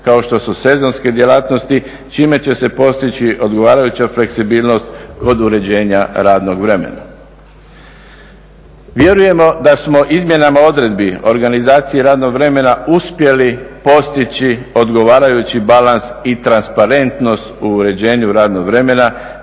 kao što su sezonske djelatnosti, čime će se postići odgovarajuća fleksibilnost od uređenja radnog vremena. Vjerujemo da smo izmjenama odredbi o organizaciji radnog vremena uspjeli postići odgovarajući balans i transparentnost u uređenju radnog vremena